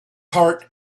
heart